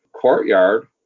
courtyard